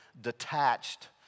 detached